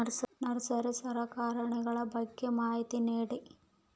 Nursery ಸಲಕರಣೆಗಳ ಬಗ್ಗೆ ಮಾಹಿತಿ ನೇಡಿ?